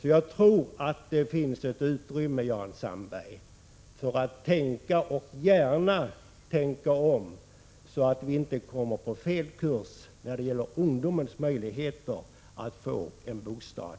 Jag tror det finns ett utrymme, Jan Sandberg, för att tänka och gärna att tänka om, så att vi i Sverige inte kommer på fel kurs när det gäller ungdomens möjligheter att få en bostad.